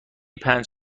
پنج